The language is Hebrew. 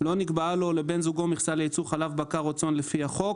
לא נקבעה לו או לבן זוגו מכסה לייצור חלב בקר או צאן לפי החוק,